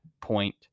point